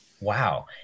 Wow